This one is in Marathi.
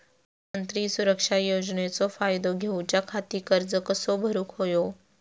प्रधानमंत्री सुरक्षा योजनेचो फायदो घेऊच्या खाती अर्ज कसो भरुक होयो?